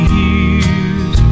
years